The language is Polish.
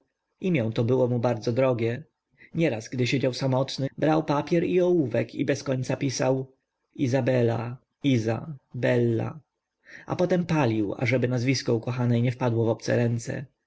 posag imię to było mu bardzo drogie nieraz gdy siedział samotny brał papier i ołówek i bez końca pisał izabela iza bella a potem palił ażeby nazwisko ukochanej nie wpadło w obce ręce